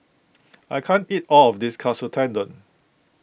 I can't eat all of this Katsu Tendon